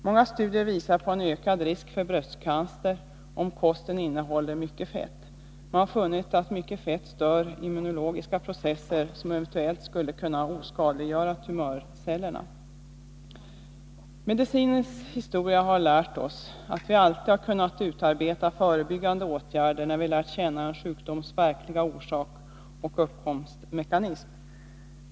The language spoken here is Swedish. Många studier visar på en ökad risk för bröstcancer om kosten innehåller mycket fett. Man har funnit att mycket fett stör immunologiska processer som eventuellt skulle kunna oskadliggöra tumörcellerna. Medicinens historia har lärt oss att vi alltid har kunnat utarbeta förebyggande åtgärder när vi lärt känna en sjukdoms verkliga orsak och uppkomstmekanism.